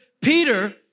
Peter